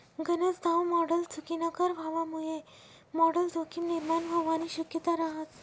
गनज दाव मॉडल चुकीनाकर व्हवामुये मॉडल जोखीम निर्माण व्हवानी शक्यता रहास